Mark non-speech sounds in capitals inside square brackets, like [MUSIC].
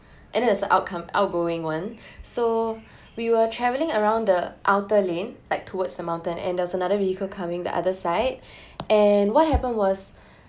[BREATH] and then is a outcome outgoing one [BREATH] so [BREATH] we were travelling around the outer lane like towards the mountain and there is another vehicle coming the other side [BREATH] and what happened was [BREATH]